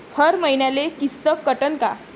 हर मईन्याले किस्त कटन का?